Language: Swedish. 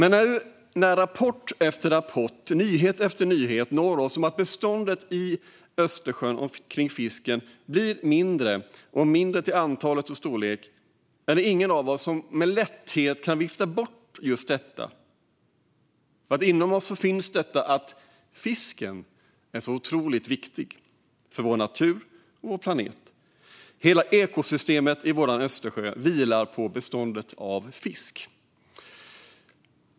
Nu när rapport efter rapport, nyhet efter nyhet, når oss om att bestånden av fisk i Östersjön blir mindre till antal och storlek är det ingen av oss som med lätthet kan vifta bort just det. Inom oss finns detta: att fisken är otroligt viktig för vår natur och vår planet. Hela ekosystemet i vår Östersjö vilar på bestånden av fisk.